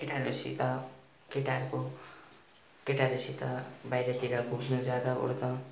केटाहरूसित केटाहरूको केटाहरूसित बाहिरतिर घुम्नु जाँदा ओर्दा